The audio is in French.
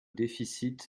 déficits